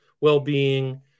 well-being